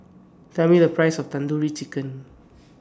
Tell Me The Price of Tandoori Chicken